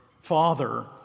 Father